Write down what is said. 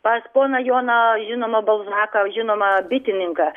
pas poną joną žinomą balzaką žinomą bitininką